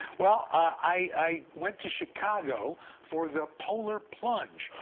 well, i went to chicago for the polar plunge.